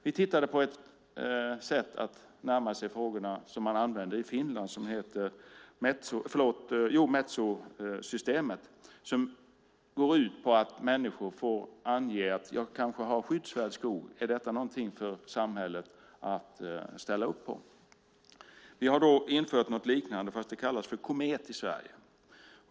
Vi har tittat på ett sätt att närma sig frågorna som man använder i Finland som heter Metsosystemet, som går ut på att människor får ange: Jag kanske har skyddsvärd skog. Är detta någonting för samhället att ställa upp på? Vi har infört något liknande, fast det kallas för Komet i Sverige.